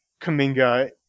Kaminga